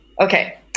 Okay